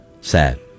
Sad